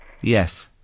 Yes